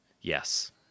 Yes